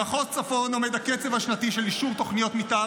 במחוז צפון עומד הקצב השנתי של אישור תוכניות מתאר